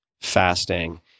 fasting